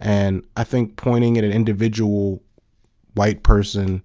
and i think pointing at an individual white person